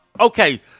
Okay